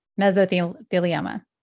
mesothelioma